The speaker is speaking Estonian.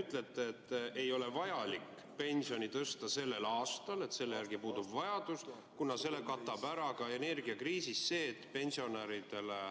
ütlete, et ei ole vaja pensioni tõsta sellel aastal, selle järele puudub vajadus, kuna selle katab ära energiakriisis see, et pensionäridele